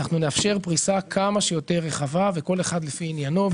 פריסה כמה שיותר רחבה, וכל אחד לפי עניינו.